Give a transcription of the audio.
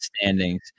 standings